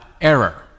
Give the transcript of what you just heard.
error